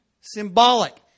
symbolic